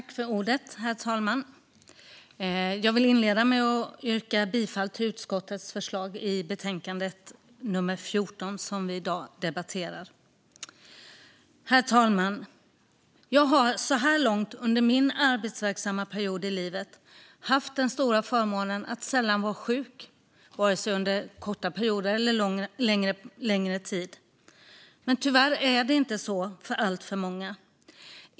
Herr talman! Jag vill inleda med att yrka bifall till utskottets förslag i betänkande nummer 14, som vi i dag debatterar. Socialförsäkrings-frågor Herr talman! Jag har så här långt under min arbetsverksamma period i livet haft den stora förmånen att sällan vara sjuk, vare sig under korta perioder eller under längre tid. Men tyvärr är det inte så för alltför många.